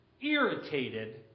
irritated